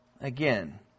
Again